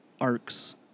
arcs